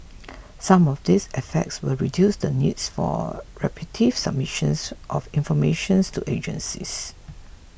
some of these efforts will reduce the needs for repetitive submission of informations to agencies